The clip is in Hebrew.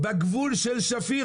בגבול של שפיר,